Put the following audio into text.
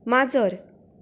माजर